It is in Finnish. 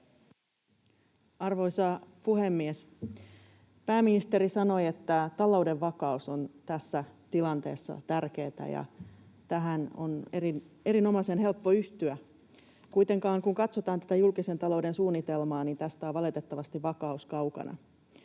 Arvoisa puhemies! Pääministeri sanoi, että talouden vakaus on tässä tilanteessa tärkeää, ja tähän on erinomaisen helppo yhtyä. Kuitenkin kun katsotaan tätä julkisen talouden suunnitelmaa, niin tästä on valitettavasti vakaus kaukana.